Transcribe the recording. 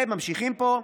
וממשיכים פה: